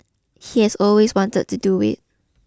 he has always wanted to do it